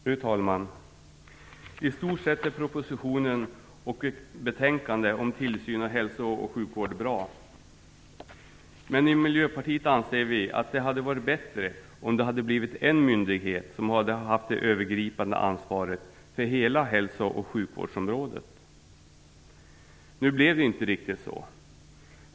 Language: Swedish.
Fru talman! I stort sett är propositionen och betänkandet om tillsyn över hälso och sjukvården bra, men vi anser i Miljöpartiet att det hade varit bättre, om en enda myndighet hade fått det övergripande ansvaret för hela hälso och sjukvårdsområdet. Nu blev det inte riktigt så.